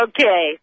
Okay